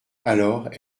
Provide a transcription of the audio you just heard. alors